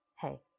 Hey